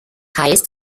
heißt